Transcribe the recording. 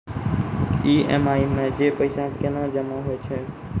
EMI मे जे पैसा केना जमा होय छै?